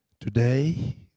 Today